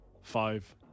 Five